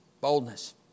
Boldness